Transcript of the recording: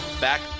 back